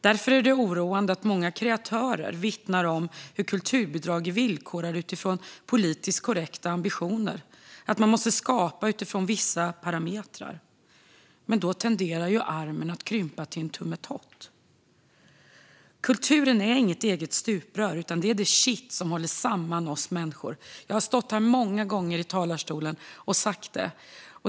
Därför är det oroande att många kreatörer vittnar om att kulturbidrag är villkorade utifrån politiskt korrekta ambitioner och att man måste skapa utifrån vissa parametrar. Då tenderar ju rocken att krympa till en tummetott. Kulturen är inget eget stuprör, utan den är det kitt som håller samman oss människor. Jag har stått här många gånger och sagt det.